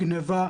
גניבה,